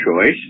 choice